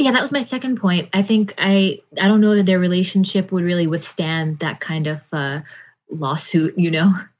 yeah that was my second point, i think. i i don't know that their relationship would really withstand that kind of a lawsuit, you know?